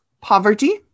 poverty